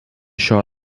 šio